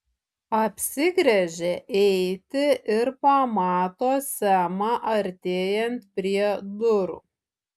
apsigręžia eiti ir pamato semą artėjant prie durų